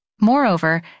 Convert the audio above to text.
Moreover